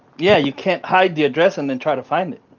yeah, you can't hide the address and then try to find it.